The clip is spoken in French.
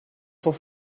cent